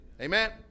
Amen